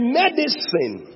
medicine